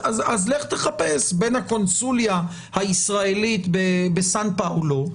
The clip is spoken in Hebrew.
לך תחפש בין הקונסוליה הישראלית בסן פאולו,